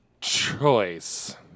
choice